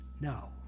Now